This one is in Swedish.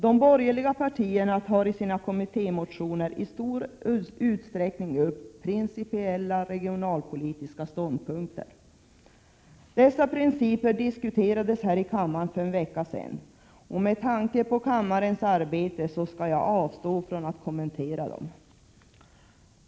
De borgerliga partierna tar i sina kommittémotioner i stor utsträckning upp principiella regionalpolitiska ståndpunkter. Dessa principer diskuterades här i kammaren för en vecka sedan, och med tanke på kammarens arbete skall jag avstå från att kommentera dem.